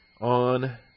on